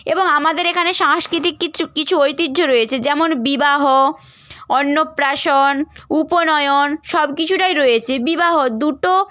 এবং আমাদের এখানে সাংস্কৃতিক কিছু কিছু ঐতিহ্য রয়েছে যেমন বিবাহ অন্নপ্রাশন উপনয়ন সব কিছুটায় রয়েছে বিবাহ দুটো